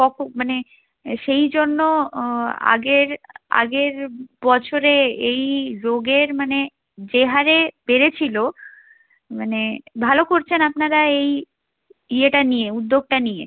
কফও মানে সেই জন্য আগের আগের বছরে এই রোগের মানে যে হারে বেড়েছিলো মানে ভালো করছেন আপনারা এই ইয়েটা নিয়ে উদ্যোগটা নিয়ে